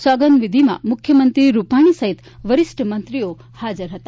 સોગંદવિષિમાં મુખ્યમંત્રી રૂપાણી સહિત વરિષ્ઠ મંત્રીઓ હાજર હતા